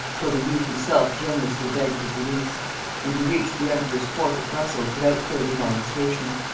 till the youth himself generously begged his release and he reached the emperor's court at brussels, without further molestation.